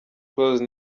close